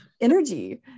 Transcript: energy